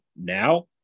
now